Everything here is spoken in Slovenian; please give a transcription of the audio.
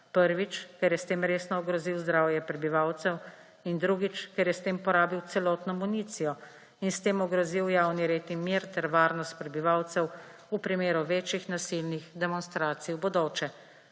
prvič, ker je s tem resno ogrozil zdravje prebivalcev in, drugič, ker je s tem porabil celotno municijo in s tem ogrozil javni red in mir ter varnost prebivalcev v primeru večjih nasilnih demonstracij v bodoče.